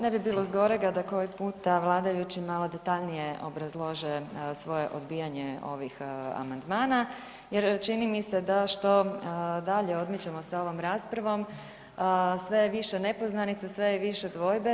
Ne bi bilo zgorega da koji puta vladajući malo detaljnije obrazlože svoje odbijanje ovih amandmana jer čini mi se što dalje odmičemo s ovom raspravom sve je više nepoznanica, sve je više dvojbe.